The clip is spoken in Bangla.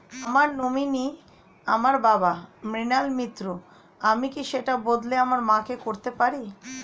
আমার নমিনি আমার বাবা, মৃণাল মিত্র, আমি কি সেটা বদলে আমার মা কে করতে পারি?